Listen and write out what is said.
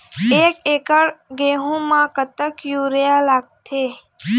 एक एकड़ गेहूं म कतक यूरिया लागथे?